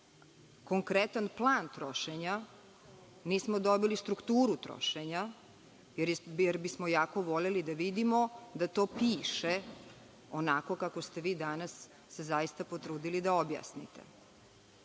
konkretan plan tog trošenja, nismo dobili strukturu trošenja jer bismo jako voleli da vidimo da to piše onako kako ste vi danas se zaista potrudili da objasnite.